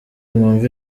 mwumve